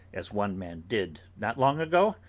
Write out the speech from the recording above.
as one man did, not long ago?